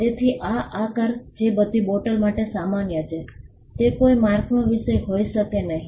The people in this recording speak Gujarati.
તેથી આ આકાર જે બધી બોટલ માટે સામાન્ય છે તે કોઈ માર્કનો વિષય હોઈ શકે નહીં